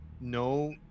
no